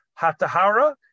Hatahara